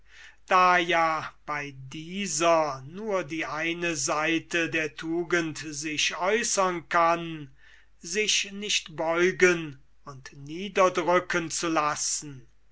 da ja bei dieser nur die eine seite der tugend sich äußern kann sich nicht beugen und niederdrücken zu lassen